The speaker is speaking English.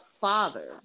father